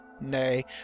Nay